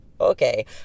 okay